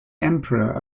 emperor